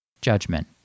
Judgment